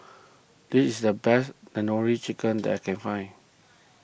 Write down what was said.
this is the best Tandoori Chicken that I can find